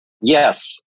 Yes